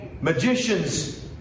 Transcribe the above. magicians